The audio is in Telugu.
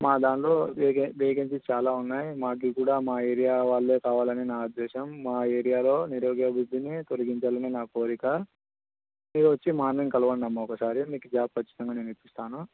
మా దానిలో వేకె వేకెన్సీస్ చాలా ఉన్నాయి మాకు కూడా మా ఏరియా వాళ్ళే కావాలని నా ఉద్దేశం మా ఏరియాలో నిరుద్యోగ భృతిని తొలగించాలని నా కోరిక మీరు వచ్చి మార్నింగ్ కలవండమ్మ ఒకసారి మీకు జాబ్ ఖచ్చితంగా నేను ఇప్పిస్తాను